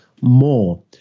more